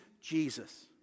Jesus